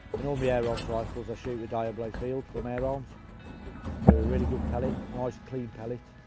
in all the air arms rifles i shoot the diablo field from air arms. they're a really good pellet, nice clean pellet.